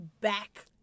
back